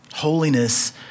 Holiness